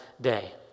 day